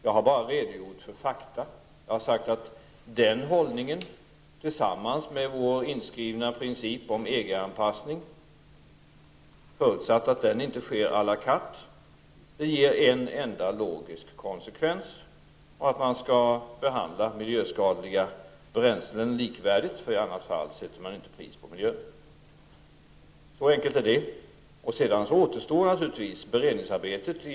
Jag har bara redogjort för fakta och uttalat att den hållningen tillsammans med vår inskrivna princip om EG anpassning -- förutsatt att den inte sker ''á la carte'' -- ger en enda logisk konsekvens och att miljöskadliga bränslen skall behandlas likvärdigt, för i annat fall sätter man inte pris på miljön. Så enkelt är det. Sedan återstår naturligtvis beredningsarbetet.